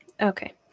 Okay